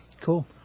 Cool